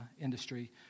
industry